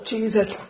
Jesus